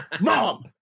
Mom